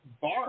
bar